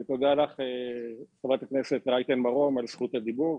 ותודה לך חברת הכנסת רייטן מרום על זכות הדיבור.